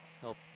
help